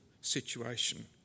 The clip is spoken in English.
situation